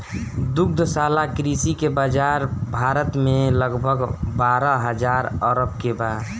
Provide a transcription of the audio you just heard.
दुग्धशाला कृषि के बाजार भारत में लगभग बारह हजार अरब के बा